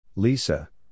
Lisa